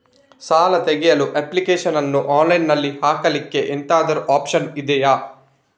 ಸಾಲ ತೆಗಿಯಲು ಅಪ್ಲಿಕೇಶನ್ ಅನ್ನು ಆನ್ಲೈನ್ ಅಲ್ಲಿ ಹಾಕ್ಲಿಕ್ಕೆ ಎಂತಾದ್ರೂ ಒಪ್ಶನ್ ಇದ್ಯಾ?